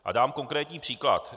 A dám konkrétní příklad.